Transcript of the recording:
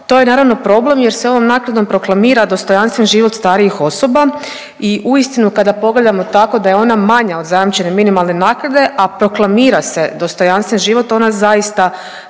To je, naravno, problem jer se ovom naknadom proklamira dostojanstven život starijih osoba uistinu, kada pogledamo tako da je ona manja od zajamčene minimalne naknade, a proklamira se dostojanstven život, ona zaista